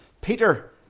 Peter